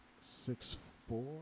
Six-four